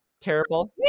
terrible